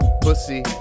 pussy